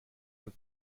was